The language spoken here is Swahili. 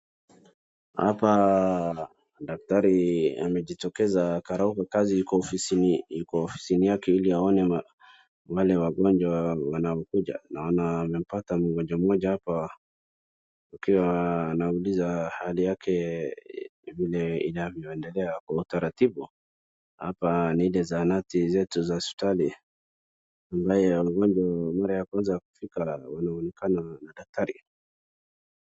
Hapa daktari amejitokeza, karauka kazi. Yuko ofisini yake ili aone wale wagonjwa wanakuja na amepata mgonjwa mmoja hapa akiwa anauliza hali yake vile inavyoendela kwa utaratibu. Hapa ni ile zahanati zetu za hosipitali ambayo wagonjwa mara ya kwanza kufika wanaonekana na daktari.